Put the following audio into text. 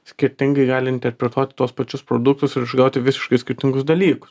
skirtingai gali interpretuoti tuos pačius produktus ir išgauti visiškai skirtingus dalykus